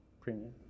premium